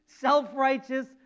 self-righteous